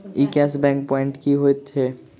ई cash back point की होइत छैक?